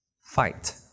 Fight